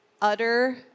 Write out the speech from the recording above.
utter